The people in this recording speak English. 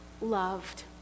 loved